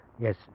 Yes